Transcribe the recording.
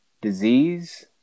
disease